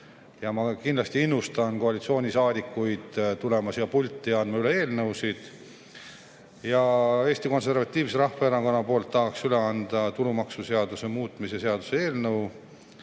Ja ma kindlasti innustan koalitsioonisaadikuid tulema siia pulti andma üle eelnõusid. Eesti Konservatiivse Rahvaerakonna poolt tahaksin üle anda tulumaksuseaduse muutmise seaduse eelnõu,